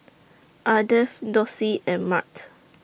Ardath Dossie and Mart